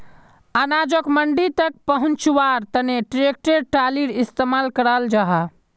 अनाजोक मंडी तक पहुन्च्वार तने ट्रेक्टर ट्रालिर इस्तेमाल कराल जाहा